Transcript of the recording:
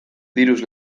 diruz